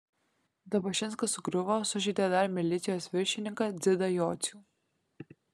dabašinskas sugriuvo sužeidė dar milicijos viršininką dzidą jocių